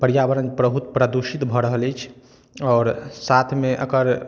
पर्यावरण प्रदूषित भऽ रहल अछि आओर साथमे एकर